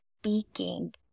speaking